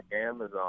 amazon